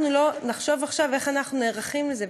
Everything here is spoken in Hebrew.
לא נחשוב עכשיו איך אנחנו נערכים לזה,